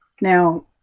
now